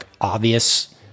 obvious